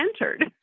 entered